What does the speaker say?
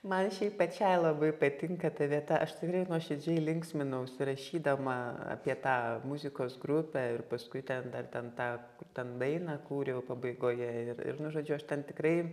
man šiaip pačiai labai patinka ta vieta aš tikrai nuoširdžiai linksminausi rašydama apie tą muzikos grupę ir paskui ten dar ten tą ten dainą kūriau pabaigoje ir ir nu žodžiu aš ten tikrai